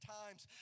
times